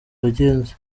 yagenze